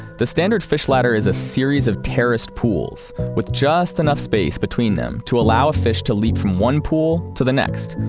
the standard fish ladder is a series of terrace pools with just enough space between them to allow a fish to leap from one pool to the next,